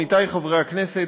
עמיתי חברי הכנסת,